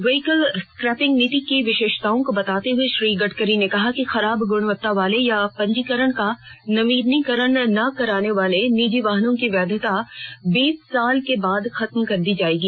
vehicle scrapping नीति की विशेषताओं को बताते हए श्री गड़करी ने कहा कि खराब गुणवत्ता वाले या पंजीकरण का नवीनीकरण न कराने वाले निजी वाहनों की वैधता बीस साल के बाद खेत्म कर दी जाएगी